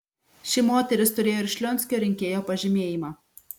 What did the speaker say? ši moteris turėjo ir šlionskio rinkėjo pažymėjimą